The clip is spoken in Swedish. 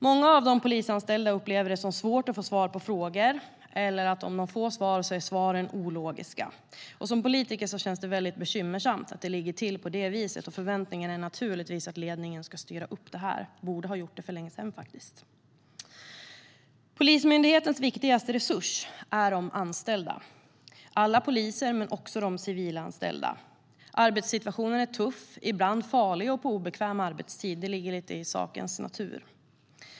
Många av de polisanställda upplever det som svårt att få svar på frågor eller, om de får svar, att svaren är ologiska. Som politiker känns det bekymmersamt om det ligger till på det viset. Förväntningarna är naturligtvis att ledningen ska styra upp det här och borde ha gjort det för länge sedan. Polismyndighetens viktigaste resurs är de anställda, alla poliser men också de civilanställda. Arbetssituationen är tuff, ibland farlig och inte sällan på obekväm arbetstid. Det ligger lite i sakens natur.